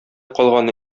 калганы